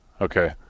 Okay